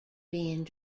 being